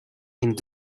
and